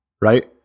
Right